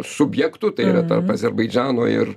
subjektų tai yra tarp azerbaidžano ir